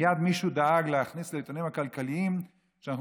מייד מישהו דאג להכניס לעיתונים הכלכליים שאנחנו